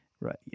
Right